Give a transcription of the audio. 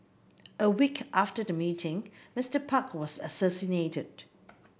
a week after the meeting Mister Park was assassinated